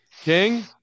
King